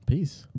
Peace